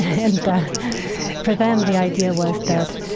and for them, the idea was that